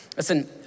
Listen